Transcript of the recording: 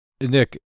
Nick